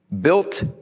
built